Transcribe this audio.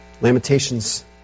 Lamentations